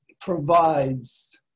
provides